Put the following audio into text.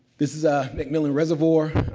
this is a macmillan reservoir.